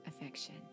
affection